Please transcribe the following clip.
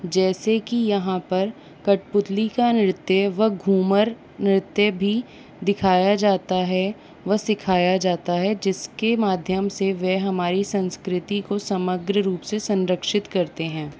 जैसे कि यहाँ पर कठपुतली का नृत्य व घूमर नृत्य भी दिखाया जाता है व सिखाया जाता है जिसके माध्यम से वे हमारी संस्कृति को समग्र रूप से संरक्षित करते हैं